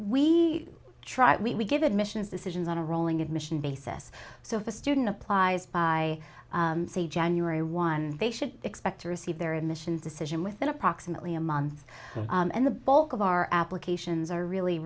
we try to we give admissions decisions on a rolling admission basis so if a student applies by say january one they should expect to receive their admissions decision within approximately a month and the bulk of our applications are really